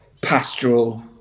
pastoral